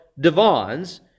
divans